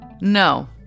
No